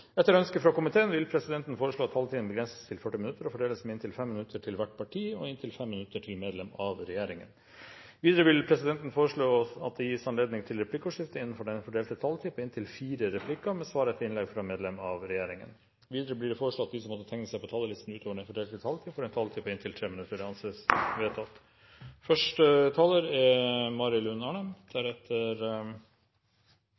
Etter ønske fra kirke-, utdannings- og forskningskomiteen vil presidenten foreslå at taletiden begrenses til 40 minutter, og fordeles med inntil 5 minutter til hvert parti og inntil 5 minutter til medlem av regjeringen. Videre vil presidenten foreslå at det gis anledning til replikkordskifte på inntil fire replikker med svar etter innlegg fra medlem av regjeringen innenfor den fordelte taletid. Videre blir det foreslått at de som måtte tegne seg på talerlisten utover den fordelte taletid, får en taletid på inntil 3 minutter. – Det anses vedtatt.